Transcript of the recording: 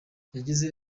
yagize